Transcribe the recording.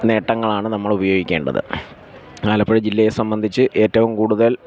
നേട്ടങ്ങളാണ് നമ്മള് ഉപയോഗിക്കേണ്ടത് ആലപ്പുഴ ജില്ലയെ സംബന്ധിച്ച് ഏറ്റവും കൂടുതൽ